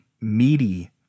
meaty